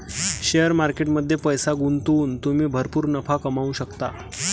share market मध्ये पैसे गुंतवून तुम्ही भरपूर नफा कमवू शकता